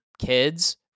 kids